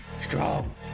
Strong